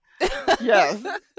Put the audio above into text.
Yes